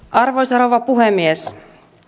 arvoisa rouva puhemies